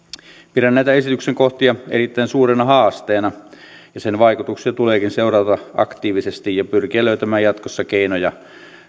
pidän näitä esityksen kohtia erittäin suurena haasteena ja sen vaikutuksia tuleekin seurata aktiivisesti ja pyrkiä löytämään jatkossa keinoja